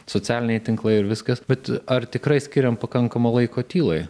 socialiniai tinklai ir viskas bet ar tikrai skiriam pakankamai laiko tylai